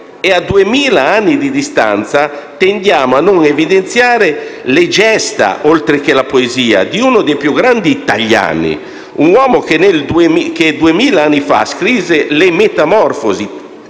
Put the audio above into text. A duemila anni di distanza tendiamo a non evidenziare le gesta, oltre che la poesia, di uno dei più grandi italiani; un uomo che duemila anni fa scrisse le Metamorfosi,